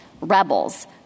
rebels